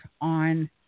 on